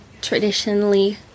traditionally